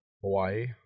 Hawaii